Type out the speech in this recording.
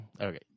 Okay